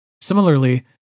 Similarly